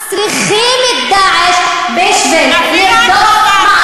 אז צריכים את "דאעש" בשביל לפתוח, אפילו את לא